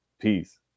Peace